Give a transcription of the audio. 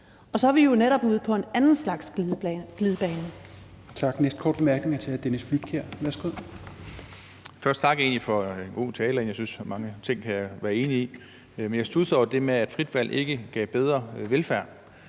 og så er vi jo netop ude på en anden slags glidebane.